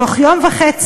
תוך יום וחצי,